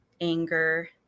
anger